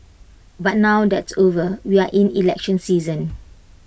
but now that's over we are in election season